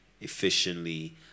efficiently